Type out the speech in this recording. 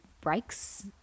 breaks